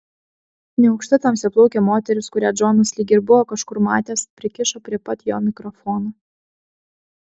neaukšta tamsiaplaukė moteris kurią džonas lyg ir buvo kažkur matęs prikišo prie pat jo mikrofoną